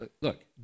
Look